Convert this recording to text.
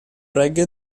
reggae